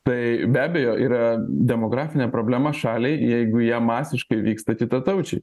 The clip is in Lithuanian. tai be abejo yra demografinė problema šaliai jeigu jie masiškai vyksta kitataučiai